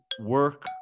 work